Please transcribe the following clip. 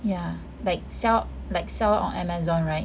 yeah like sell like sell on Amazon right